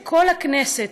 שכל הכנסת,